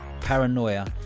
paranoia